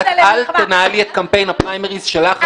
את אל תנהלי את קמפיין הפריימריז שלך על חשבוני.